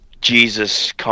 Jesus